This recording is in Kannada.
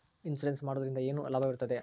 ಇನ್ಸೂರೆನ್ಸ್ ಮಾಡೋದ್ರಿಂದ ಏನು ಲಾಭವಿರುತ್ತದೆ?